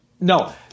No